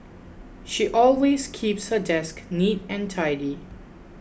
she always keeps her desk neat and tidy